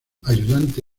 ayudante